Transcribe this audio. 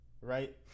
right